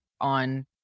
on